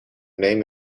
name